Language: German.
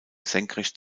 senkrecht